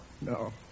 No